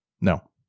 No